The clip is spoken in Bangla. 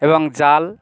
এবং জাল